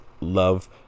love